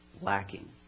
lacking